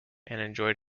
enjoyed